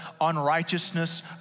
unrighteousness